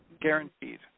guaranteed